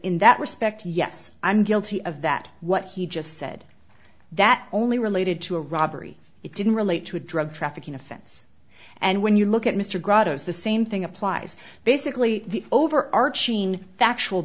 in that respect yes i'm guilty of that what he just said that only related to a robbery it didn't relate to a drug trafficking offense and when you look at mr grottos the same thing applies basically the over arching factual